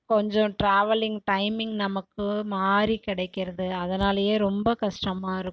கொஞ்சம் travelling timing நமக்கு மாதிரி கிடைக்கிறது அதனாலயே ரொம்ப கஷ்டமாக இருக்கும்